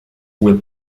will